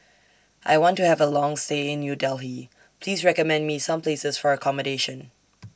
I want to Have A Long stay in New Delhi Please recommend Me Some Places For accommodation